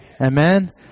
Amen